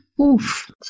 Oof